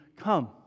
come